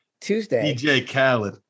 Tuesday